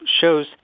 shows